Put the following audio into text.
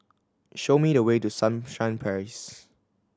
show me the way to Sunshine Place